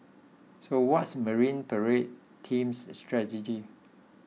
so what's Marine Parade team's strategy